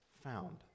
found